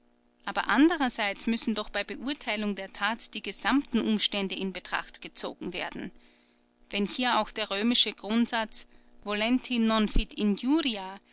aber andererseits müssen doch bei beurteilung der tat die gesamten umstände in betracht gezogen werden wenn hier auch der römische grundsatz volenti non fit injuria